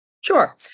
Sure